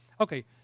Okay